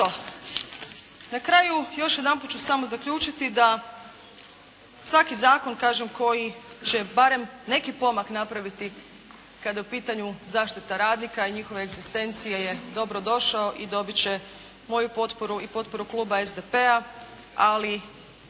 na kraju još jedanput ću samo zaključiti da svaki zakon kažem koji će barem neki pomak napraviti kada je u pitanju zaštita radnika i njihove egzistencije je dobro došao i dobit će moju potporu i potporu kluba SDP-a ali